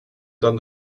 dann